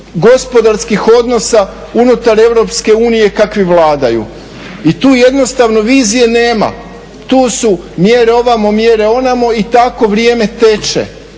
gospodarskih odnosa unutar Europske unije kakvi vladaju i tu jednostavno vizije nema. Tu su mjere ovamo, mjere onamo i tako vrijeme teče.